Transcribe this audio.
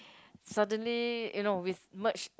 suddenly you know with merge